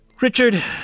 Richard